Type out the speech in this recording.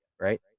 right